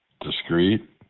discreet